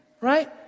right